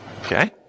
Okay